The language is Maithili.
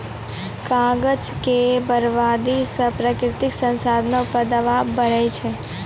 कागज के बरबादी से प्राकृतिक साधनो पे दवाब बढ़ै छै